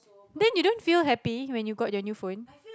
then you don't feel happy when you got your new phone